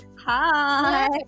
Hi